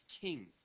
king